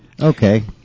Okay